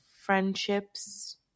friendships